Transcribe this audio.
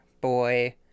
boy